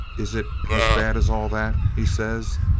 is it as bad as all that he says.